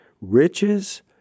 Riches